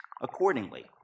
accordingly